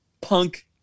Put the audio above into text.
punk